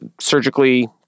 surgically